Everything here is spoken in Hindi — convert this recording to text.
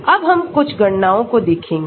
अब हम कुछ गणनाओं कोदेखेंगे